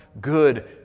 good